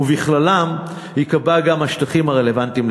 ובכללם ייקבעו גם השטחים הרלוונטיים לתכנון.